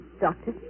Doctor